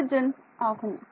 convergence ஆகும்